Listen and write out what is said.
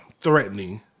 threatening